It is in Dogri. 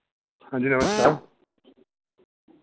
हां जी नमस्कार